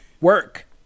work